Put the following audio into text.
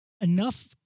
Enough